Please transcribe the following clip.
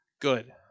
Good